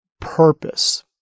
purpose